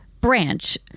branch